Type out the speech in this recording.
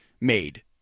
made